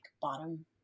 bottom